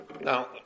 Now